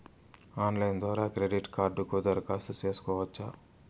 Online ద్వారా credit కార్డుకు దరఖాస్తు సేసుకోవచ్చా?